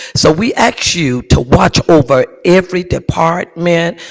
so we ask you to watch over every department,